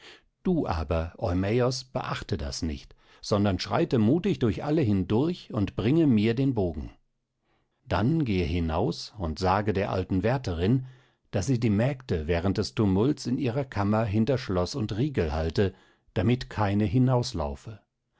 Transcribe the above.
du aber eumäos beachte das nicht sondern schreite mutig durch alle hindurch und bringe mir den bogen dann gehe hinaus und sage der alten wärterin daß sie die mägde während des tumults in ihrer kammer hinter schloß und riegel halte damit keine hinauslaufe